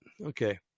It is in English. Okay